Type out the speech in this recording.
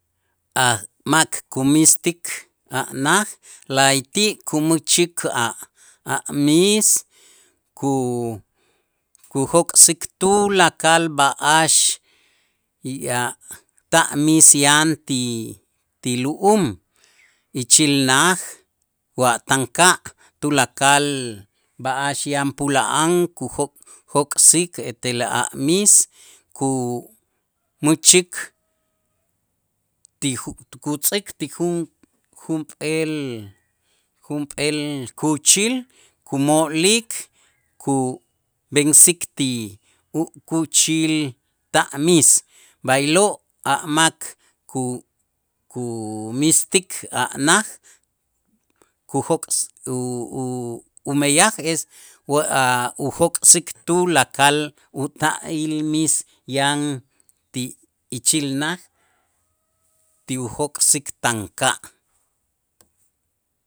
A' mak kumiistik a' naj la'ayti' kumächik a' a' miis ku- kujok'sik tulakal b'a'ax ya ta' miis yan ti ti lu'um ichil naj wa taanka', tulakal b'a'ax yan pula'an kujok'sik etel a' miis kumächik ti ju- kutz'ik ti jun- junp'eel junp'eel kuuchil kumolik kub'ensik ti ukuuchil ta' miis, b'aylo' a' mak ku- kumiistik a' naj kujok' u- u- umeyaj es wa ujok'sik tulakal uta'il miis yan ti ichil naj ti ujok'sik taanka'.